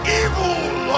evil